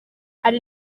hari